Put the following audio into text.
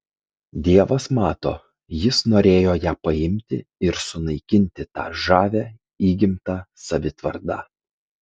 dievas mato jis norėjo ją paimti ir sunaikinti tą žavią įgimtą savitvardą